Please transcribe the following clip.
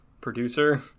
producer